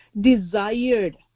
desired